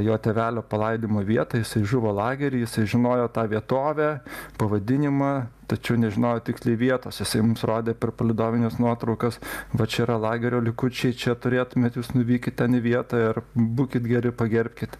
jo tėvelio palaidimo vietą jisai žuvo lagery jisai žinojo tą vietovę pavadinimą tačiau nežinojo tiksliai vietos jisai mums rodė per palydovines nuotraukas va čia yra lagerio likučiai čia turėtumėt jūs nuvykit ten į vietą ir būkit geri pagerbkit